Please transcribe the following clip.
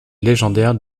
légendaire